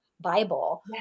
Bible